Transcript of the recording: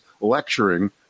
lecturing